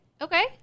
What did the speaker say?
Okay